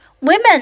Women